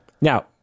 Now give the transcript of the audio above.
now